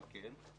מה כן?